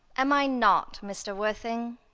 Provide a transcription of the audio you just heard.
am i not, mr. worthing?